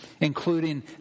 including